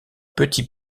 petit